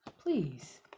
please